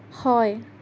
হয়